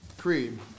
Creed